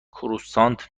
کروسانت